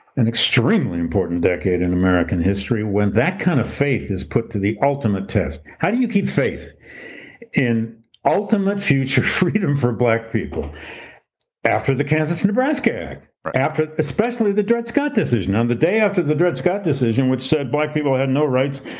an extremely important decade and american history, when that kind of faith is put to the ultimate test. how do you keep faith in ultimate future freedom for black people after the kansas-nebraska act, after especially the dred scott decision and um the day after the dred scott decision, which said black people had no rights,